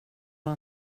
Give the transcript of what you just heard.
var